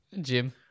Jim